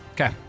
Okay